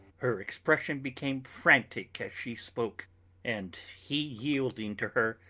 her expression became frantic as she spoke and, he yielding to her,